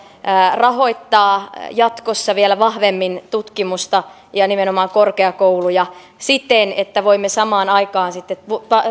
rahoittaa jatkossa vielä vahvemmin tutkimusta ja ja nimenomaan korkeakouluja siten että voimme samaan aikaan sitten